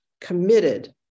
committed